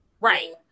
Right